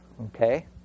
Okay